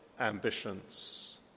ambitions